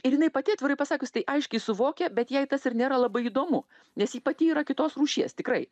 ir jinai pati atvirai pasakius tai aiškiai suvokia bet jai tas ir nėra labai įdomu nes ji pati yra kitos rūšies tikrai